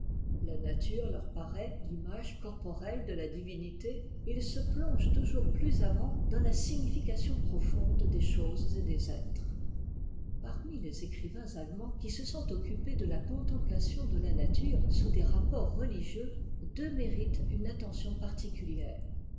la nature leur paraît l'image corporelle de la divinité et ils se plongent toujours plus avant dans la signification profonde des choses et des êtres parmi les écrivains allemands qui se sont occupés de la contemplation de la nature sous des rapports religieux deux méritent une attention particulière